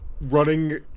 running